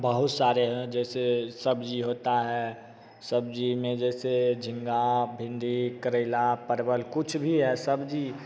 बहुत सारे हैं जैसे सब्जी होता है सब्जी में जैसे झींगा भिण्डी करेला परवल कुछ भी ऐसा सब्जी